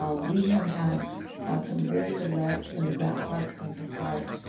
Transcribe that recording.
ah we have had some very good luck in the grant park, central park,